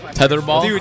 tetherball